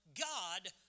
God